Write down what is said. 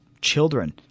children